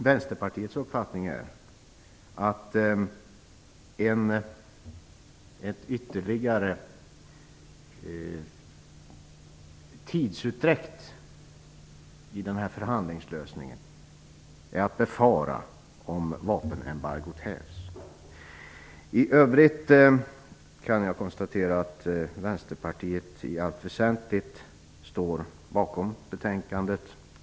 Vänsterpartiets uppfattning är att en ytterligare tidsutdräkt innan man får till stånd en förhandlingslösning är att befara om vapenembargot hävs. I övrigt står Vänsterpartiet i allt väsentligt bakom betänkandet.